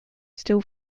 still